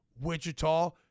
Wichita